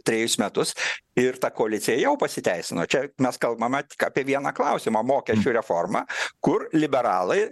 trejus metus ir ta koalicija jau pasiteisino čia mes kalbame tik apie vieną klausimą mokesčių reformą kur liberalai